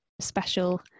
special